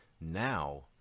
Now